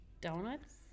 Donuts